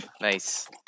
Nice